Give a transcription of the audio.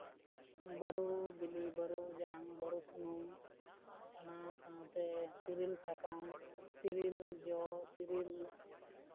ᱵᱟᱹᱨᱩ ᱵᱤᱞᱤ ᱵᱟᱹᱨᱩ ᱡᱟᱝ ᱵᱟᱹᱨᱩ ᱥᱩᱱᱩᱢ ᱚᱱᱟ ᱥᱟᱶᱛᱮ ᱛᱮᱨᱮᱞ ᱥᱟᱠᱟᱢ ᱛᱮᱨᱮᱞ ᱡᱚ ᱛᱮᱨᱮᱞ